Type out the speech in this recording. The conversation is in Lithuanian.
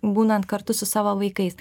būnant kartu su savo vaikais